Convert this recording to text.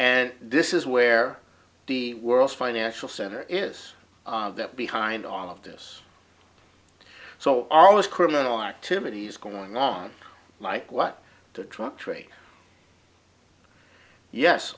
and this is where the world's financial center is that behind all of this so almost criminal activities going on like what the truck trade yes